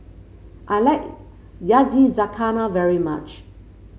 I like Yakizakana very much